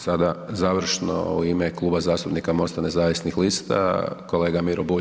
Sada završno u ime Kluba zastupnika MOST-a nezavisnih lista kolega Miro Bulj.